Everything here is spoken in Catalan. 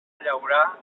llaurà